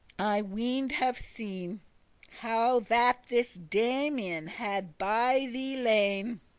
i ween'd have seen how that this damian had by thee lain,